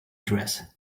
dress